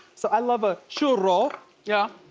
so i love a churro. yeah.